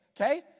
Okay